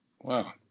wow